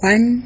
One